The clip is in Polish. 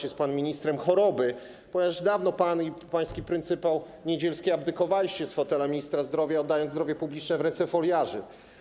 Jest pan ministrem choroby, ponieważ dawno pan i pański pryncypał Niedzielski abdykowaliście z fotela ministra zdrowia i oddaliście zdrowie publiczne w ręce foliarzy.